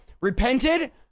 repented